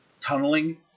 tunneling